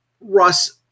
Russ